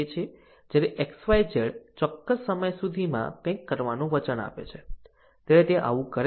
જ્યારે XYZ ચોક્કસ સમય સુધીમાં કંઇક કરવાનું વચન આપે છે ત્યારે તે આવું કરે છે